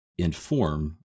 inform